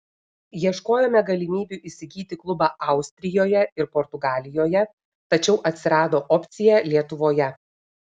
ieškojome galimybių įsigyti klubą austrijoje ir portugalijoje tačiau atsirado opcija lietuvoje